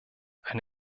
eine